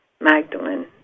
Magdalene